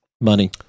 Money